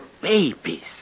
babies